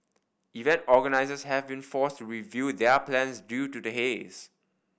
event organisers have been forced to review their plans due to the haze